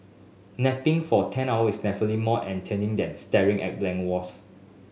napping for ten hours is definitely more enticing than staring at blank walls